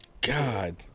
God